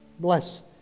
Bless